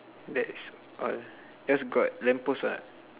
that's all just got lamppost what